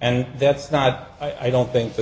and that's not i don't think the